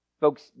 Folks